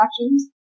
actions